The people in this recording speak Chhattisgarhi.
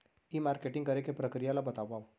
ई मार्केटिंग करे के प्रक्रिया ला बतावव?